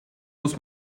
muss